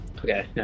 Okay